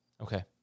Okay